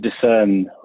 discern